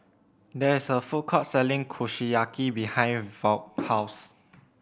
there is a food court selling Kushiyaki behind Vaughn's house